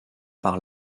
par